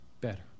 better